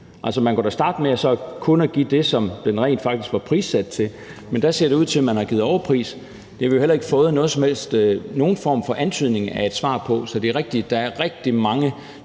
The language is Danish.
Man kunne da starte med kun at give det, som bygningen rent faktisk var prissat til; men der ser det ud til at man har betalt overpris. Det har vi heller ikke fået nogen form for antydning af et svar på. Så det er rigtigt, at der er rigtig mange